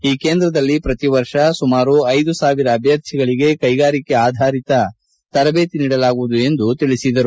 ಈ ಕೇಂದ್ರದಲ್ಲಿ ಶ್ರತಿ ವರ್ಷ ಸುಮಾರು ಐದು ಸಾವಿರ ಅಭ್ದರ್ಥಿಗಳಿಗೆ ಕೈಗಾರಿಕೆ ಆಧಾರಿತ ತರದೇತಿ ನೀಡಲಾಗುವುದು ಎಂದು ಹೇಳಿದರು